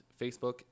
facebook